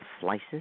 slices